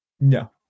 no